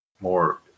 more